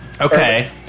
Okay